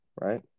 Right